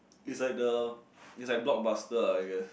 is like the is like blockbuster I guess